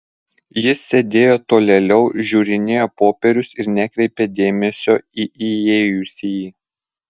jis sėdėjo tolėliau žiūrinėjo popierius ir nekreipė dėmesio į įėjusįjį